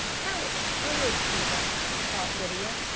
how absurd she was, thought lydia.